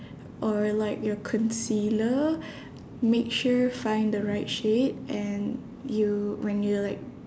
or like your concealer make sure find the right shade and you when you're like